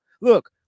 Look